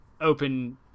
open